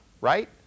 right